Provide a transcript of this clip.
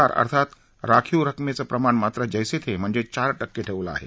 R अर्थात राखीव रकमेचं प्रमाण मात्र जैसे थे म्हणजेच चार टक्के ठेवलं आहे